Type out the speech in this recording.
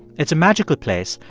it's a magical place,